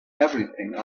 everything